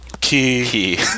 Key